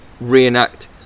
reenact